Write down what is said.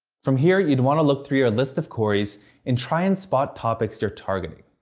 from here, you'd want to look through your list of queries and try and spot topics you're targeting.